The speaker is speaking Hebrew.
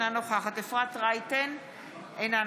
אינו נוכחת אפרת רייטן מרום,